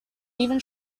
even